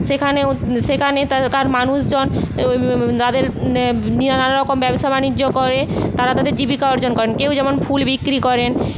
সেখানেও সেখানে তার মানুষজন তাদের নানারকম ব্যবসা বাণিজ্য করে তারা তাদের জীবিকা অর্জন করেন কেউ যেমন ফুল বিক্রি করেন